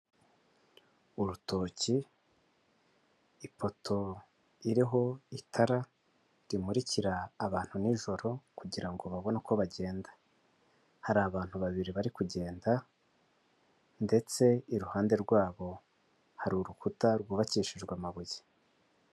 Urutoki, ipoto iriho itara rimurikira abantu nijoro kugira ngo babone uko bagenda hari abantu babiri bari kugenda ndetse iruhande rwabo hari urukuta rwubakishijwe amabuye.